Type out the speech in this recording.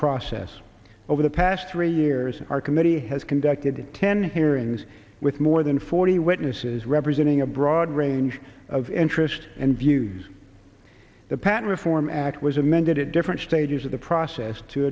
process over the past three years our committee has conducted ten hearings with more than forty witnesses representing a broad range of interests and views the patent reform act was amended it different stages of the process to